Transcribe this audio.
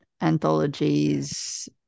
anthologies